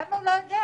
למה הוא לא יודע?